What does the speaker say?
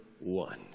one